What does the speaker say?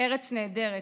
ארץ נהדרת.